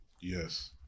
Yes